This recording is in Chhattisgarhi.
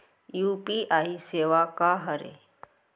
यू.पी.आई सेवा का हरे?